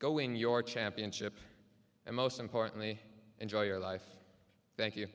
go in your championship and most importantly enjoy your life thank you